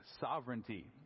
sovereignty